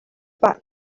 back